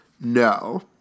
No